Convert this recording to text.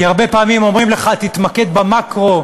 כי הרבה פעמים אומרים לך: תתמקד במקרו,